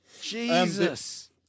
Jesus